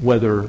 whether